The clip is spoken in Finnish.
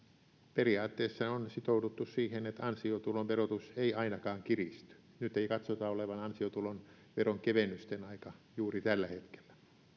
periaatteessa ollaan sitouduttu siihen että ansiotulon verotus ei ainakaan kiristy nyt ei katsota olevan ansiotulon veronkevennysten aika juuri tällä hetkellä